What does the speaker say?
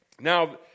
Now